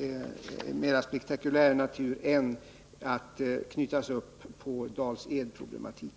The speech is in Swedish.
av mera spektakulär natur än att knytas upp på Dals-Edsproblematiken.